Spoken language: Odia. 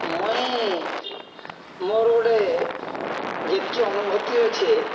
ମୁଇଁ ମୋର ଗୋଟେ ଯେତ୍କି ଅନୁଭୂତି ଅଛି